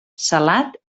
salat